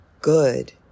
Good